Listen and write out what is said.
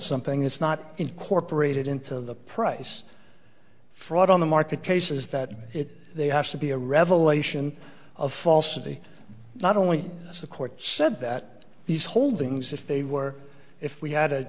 something it's not incorporated into the price fraud on the market case is that it has to be a revelation of falsity not only as the court said that these holdings if they were if we had a